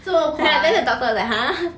ya then the doctor were like !huh!